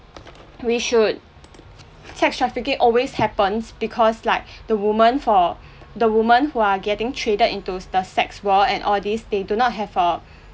we should sex trafficking always happens because like the women for the women who are getting traded into the sex work and all these they do not have err